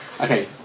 Okay